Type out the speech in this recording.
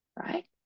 Right